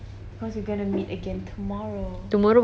tomorrow pukul berapa kau orang meet